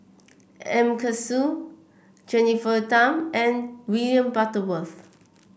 M Karthigesu Jennifer Tham and William Butterworth